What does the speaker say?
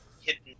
hidden